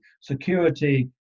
security